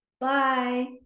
Bye